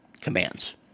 commands